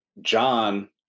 John